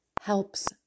helps